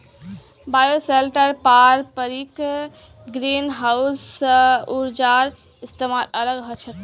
bioshelter पारंपरिक greenhouse स ऊर्जार इस्तमालत अलग ह छेक